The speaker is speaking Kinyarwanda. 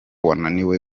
wananiwe